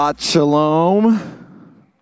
shalom